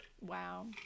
Wow